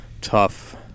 tough